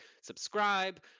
subscribe